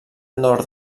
nord